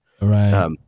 Right